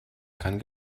kann